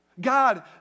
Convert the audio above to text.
God